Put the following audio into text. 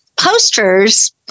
Posters